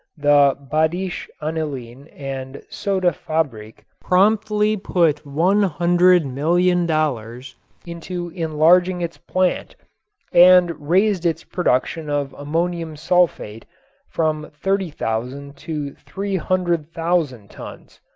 the badische anilin and soda-fabrik, promptly put one hundred million dollars into enlarging its plant and raised its production of ammonium sulfate from thirty thousand to three hundred thousand tons.